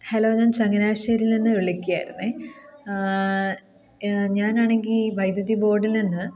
hello ഞാൻ ചങ്ങനാശ്ശേരിയിൽ നിന്ന് വിളിക്കുകയായിരുന്നു ഞാനാണെങ്കിൽ വൈദ്യുതി ബോഡിൽ നിന്ന്